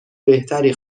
بهتری